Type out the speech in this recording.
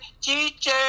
teacher